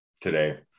today